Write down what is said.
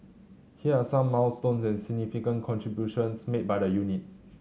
here are some milestones and significant contributions made by the unit